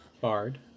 Bard